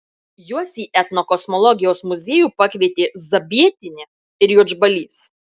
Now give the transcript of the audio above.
juos į etnokosmologijos muziejų pakvietė zabietienė ir juodžbalys